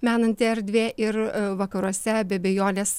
menanti erdvė ir vakaruose be abejonės